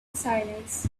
silence